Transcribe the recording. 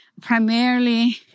Primarily